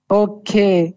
okay